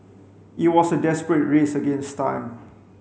it was a desperate race against time